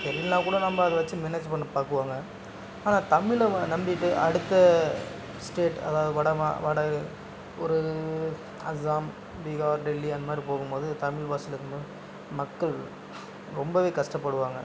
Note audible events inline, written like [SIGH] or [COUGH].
இல்லைனா கூட நம்ம அதை வச்சு மேனேஜ் பண்ண பார்க்குவாங்க ஆனால் தமிழை நம்பிகிட்டு அடுத்த ஸ்டேட் அதாவது வட வட ஒரு அஸ்ஸாம் பீகார் டெல்லி அந்த மாதிரி போகும்போது தமிழ் [UNINTELLIGIBLE] மக்கள் ரொம்பவே கஷ்டப்படுவாங்க